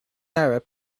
arab